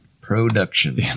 production